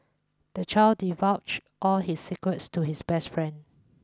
the child divulged all his secrets to his best friend